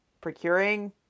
procuring